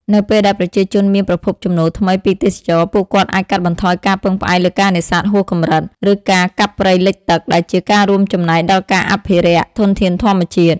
នៅពេលដែលប្រជាជនមានប្រភពចំណូលថ្មីពីទេសចរណ៍ ពួកគាត់អាចកាត់បន្ថយការពឹងផ្អែកលើការនេសាទហួសកម្រិត ឬការកាប់ព្រៃលិចទឹក ដែលជាការរួមចំណែកដល់ការអភិរក្សធនធានធម្មជាតិ។